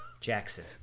Jackson